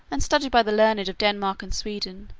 and studied by the learned of denmark and sweden,